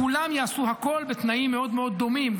כולם יעשו הכול בתנאים מאוד מאוד דומים,